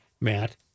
Matt